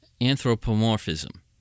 anthropomorphism